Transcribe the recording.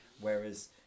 whereas